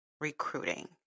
recruiting